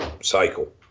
cycle